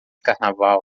carnaval